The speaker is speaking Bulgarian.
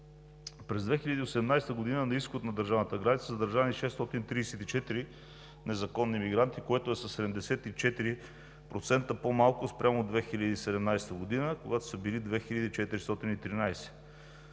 През 2018 г. на изход на държавната граница са задържани 634 незаконни мигранти, което е със 74% по-малко спрямо 2017 г., когато са били 2413.